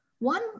One